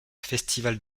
festival